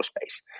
space